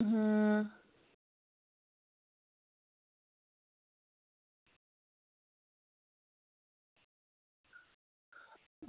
हां